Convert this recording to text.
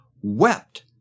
wept